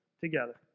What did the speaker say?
together